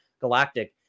Galactic